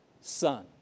son